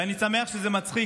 ואני שמח שזה מצחיק,